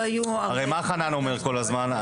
הרי מה חנן אומר כול הזמן?